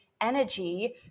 energy